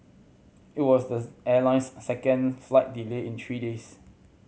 it was the airline's second flight delay in three days